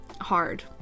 hard